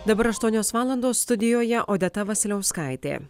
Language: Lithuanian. dabar aštuonios valandos studijoje odeta vasiliauskaitė